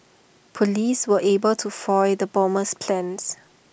Police were able to foil the bomber's plans